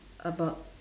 about